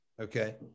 okay